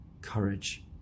courage